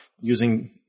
using